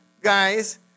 guys